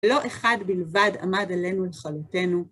לא אחד בלבד עמד עלינו את לכלותנו.